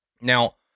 Now